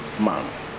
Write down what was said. man